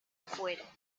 afuera